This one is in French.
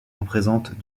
représentent